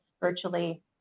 virtually